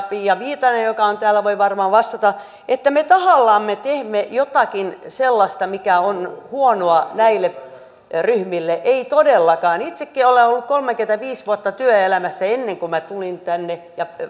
pia viitanen joka on täällä voi varmaan vastata että me tahallamme teemme jotakin sellaista mikä on huonoa näille ryhmille emme todellakaan itsekin olen ollut kolmekymmentäviisi vuotta työelämässä ennen kuin minä tulin tänne ja